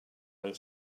and